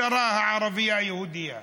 השרה הערבייה-היהודייה